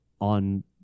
on